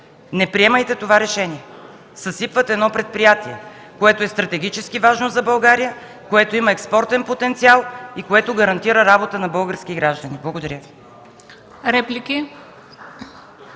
Не приемайте това решение! Съсипвате едно предприятие, което е стратегически важно за България, което има експортен потенциал и което гарантира работа на български граждани. Благодаря.